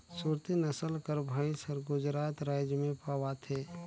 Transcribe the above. सुरती नसल कर भंइस हर गुजरात राएज में पवाथे